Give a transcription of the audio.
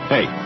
Hey